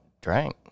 Drank